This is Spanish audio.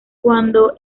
cuando